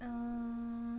um